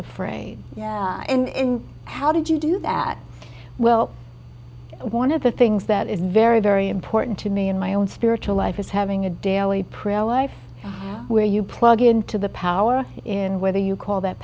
afraid and how did you do that well one of the things that is very very important to me in my own spiritual life is having a daily prayer life where you plug into the power in whether you call that